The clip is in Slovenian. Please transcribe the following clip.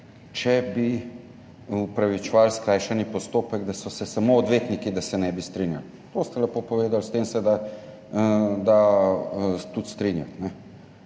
da bi opravičevali skrajšani postopek, če se samo odvetniki ne bi strinjali. To ste lepo povedali, s tem se da tudi strinjati.